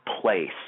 place